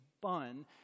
bun